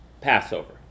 Passover